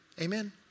Amen